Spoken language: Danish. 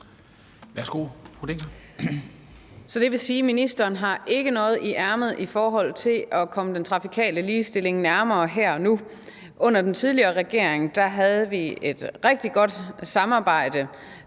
Hjermind Dencker (DF): Det vil sige, at ministeren ikke har noget i ærmet i forhold til her og nu at komme den trafikale ligestilling nærmere. Under den tidligere regering havde vi et rigtig godt samarbejde